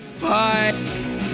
bye